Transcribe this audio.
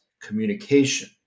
communication